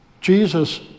Jesus